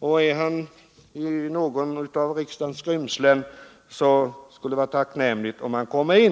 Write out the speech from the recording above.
och om han befinner sig i något av riksdagens skrymslen skulle det vara tacknämligt om han kom hit.